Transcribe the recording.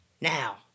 Now